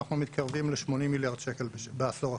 אנחנו מתקרבים ל-80 מיליארד שקל בעשור הקרוב,